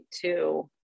two